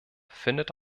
findet